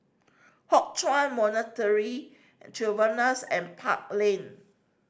Hock Chuan Monastery Chevrons and Park Lane